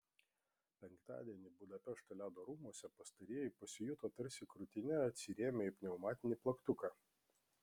penktadienį budapešto ledo rūmuose pastarieji pasijuto tarsi krūtine atsirėmę į pneumatinį plaktuką